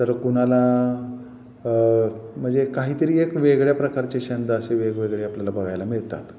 तर कुणाला म्हणजे काहीतरी एक वेगळ्या प्रकारचे छंद असे वेगवेगळे आपल्याला बघायला मिळतात